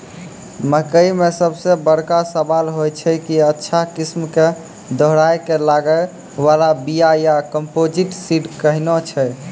मकई मे सबसे बड़का सवाल छैय कि अच्छा किस्म के दोहराय के लागे वाला बिया या कम्पोजिट सीड कैहनो छैय?